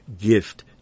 gift